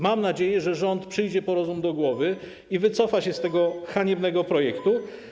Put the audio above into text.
Mam nadzieję, że rząd przyjdzie po rozum do głowy i wycofa się z tego haniebnego projektu.